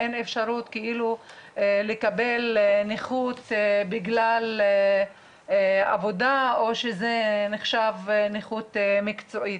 אין אפשרות לקבל נכות בגלל עבודה או שזה נחשב נכות מקצועית.